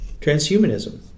transhumanism